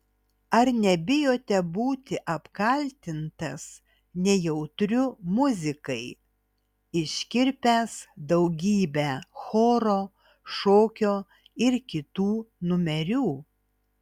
ar nebijote būti apkaltintas nejautriu muzikai iškirpęs daugybę choro šokio ir kitų numerių